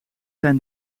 zijn